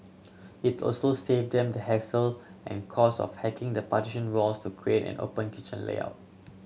it also save them the hassle and cost of hacking the partition walls to create an open kitchen layout